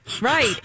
Right